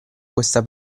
questa